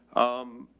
um,